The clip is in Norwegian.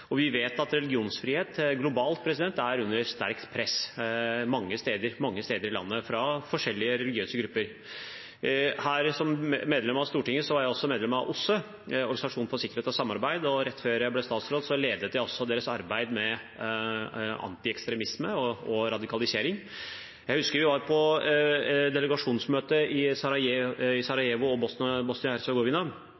Vi vet at religionsfrihet globalt er under sterkt press mange steder i landet fra forskjellige religiøse grupper. Som medlem av Stortinget var jeg også medlem av OSSE, Organisasjonen for sikkerhet og samarbeid i Europa, og rett før jeg ble statsråd, ledet jeg også deres arbeid med antiekstremisme og radikalisering. Jeg husker vi var på delegasjonsmøte i Sarajevo i